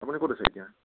আপুনি ক'ত আছে এতিয়া